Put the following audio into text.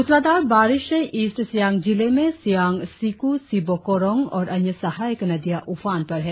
मुसलाधार बारिश से ईस्ट सियांग जिले में सियांग सिक्र सिबो कोरोंग और अन्य सहायक नदियां ऊफान पर है